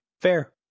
fair